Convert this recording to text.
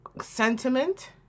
sentiment